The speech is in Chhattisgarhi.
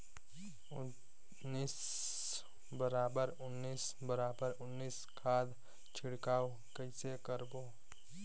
उन्नीस बराबर उन्नीस बराबर उन्नीस खाद छिड़काव कइसे करबो?